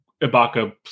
Ibaka